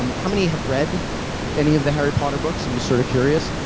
um how many have read any of the harry potter books? i'm just sort of curious.